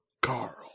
Carl